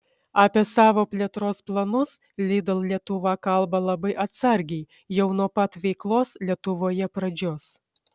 apie savo plėtros planus lidl lietuva kalba labai atsargiai jau nuo pat veiklos lietuvoje pradžios